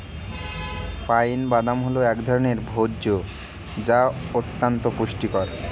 pine বাদাম হল এক ধরনের ভোজ্য যা অত্যন্ত পুষ্টিকর